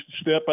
step